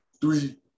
three